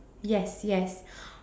yes yes